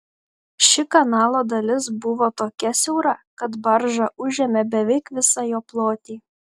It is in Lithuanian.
ši kanalo dalis buvo tokia siaura kad barža užėmė beveik visą jo plotį